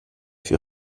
vier